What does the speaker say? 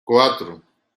cuatro